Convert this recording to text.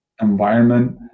environment